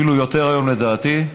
אפילו יותר כיום, לדעתי,